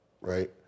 Right